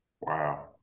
wow